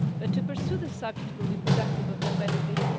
but, to pursue the subject will be productive of no benefit,